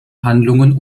handlungen